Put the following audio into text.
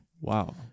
Wow